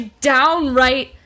downright